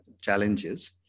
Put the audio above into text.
challenges